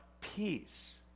peace